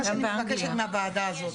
זה מה שאני מבקשת מהוועדה הזאת.